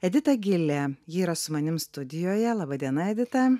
edita gilė ji yra su manim studijoje laba diena edita